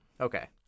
Okay